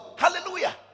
Hallelujah